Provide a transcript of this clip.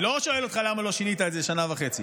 אני לא שואל אותך למה לא שינית את זה שנה וחצי.